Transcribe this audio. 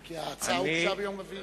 כי ההצעה הוגשה ביום רביעי.